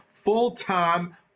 full-time